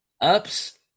Ups